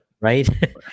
Right